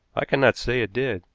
i cannot say it did.